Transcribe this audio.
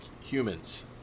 humans